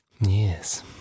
Yes